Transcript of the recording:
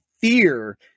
fear